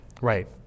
Right